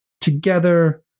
together